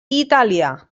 italià